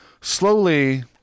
slowly